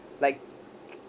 like